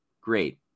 Great